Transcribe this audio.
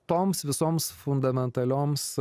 toms visoms fundamentalioms